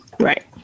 Right